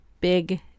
big